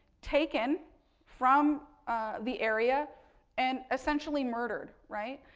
taken from the area and, essentially murdered, right.